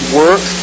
work